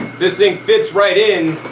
this thing fits right in,